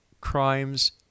crimes